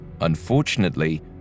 Unfortunately